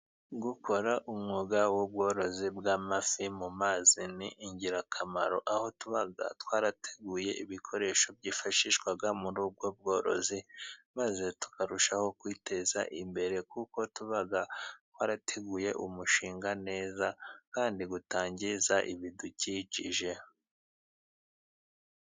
Gukora umwuga w'ubworozi bw'amafi mu mazi ni ingirakamaro, aho tuba twarateguye ibikoresho byifashishwa muri ubwo bworozi, maze tukarushaho kwiteza imbere, kuko tuba twarateguye umushinga neza, kandi utangiza ibidukikije.